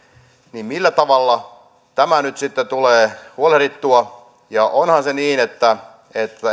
millä tavalla tämä nyt sitten tulee huolehdittua ja onhan niin että